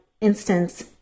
instance